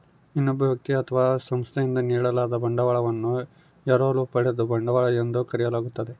ಇನ್ನೊಬ್ಬ ವ್ಯಕ್ತಿ ಅಥವಾ ಸಂಸ್ಥೆಯಿಂದ ನೀಡಲಾದ ಬಂಡವಾಳವನ್ನು ಎರವಲು ಪಡೆದ ಬಂಡವಾಳ ಎಂದು ಕರೆಯಲಾಗ್ತದ